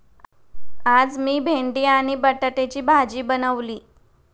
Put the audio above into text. आज मी भेंडी आणि बटाट्याची भाजी बनवली